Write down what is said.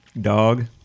dog